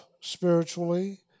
spiritually